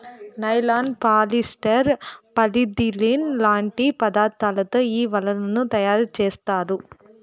nylon, polyester, polythene లాంటి పదార్థాలతో ఈ వలలను తయారుచేత్తారు